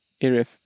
area